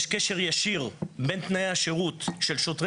יש קשר ישיר בין תנאי השירות של שוטרי